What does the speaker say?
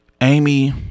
amy